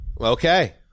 Okay